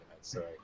Sorry